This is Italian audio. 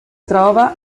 trova